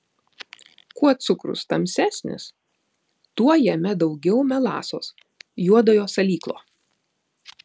kuo cukrus tamsesnis tuo jame daugiau melasos juodojo salyklo